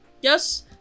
yes